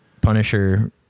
Punisher